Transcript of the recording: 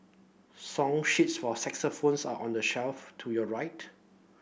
song sheets for are on the shelf to your right